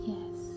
Yes